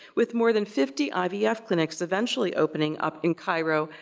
with more than fifty ivf clinics eventually opening up in cairo,